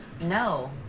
no